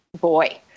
boy